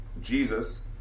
Jesus